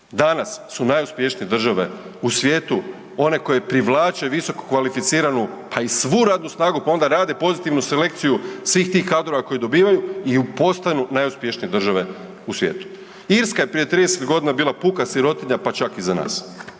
Danas su najuspješnije države u svijetu one koje privlače visokokvalificiranu, pa i svu radnu snagu pa onda rade pozitivnu selekciju svih tih kadrova koje dobivaju i postanu najuspješnije države u svijetu. Irska je prije 30 godina bila puka sirotinja, pa čak i za nas.